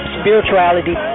spirituality